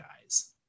guys